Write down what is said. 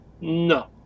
No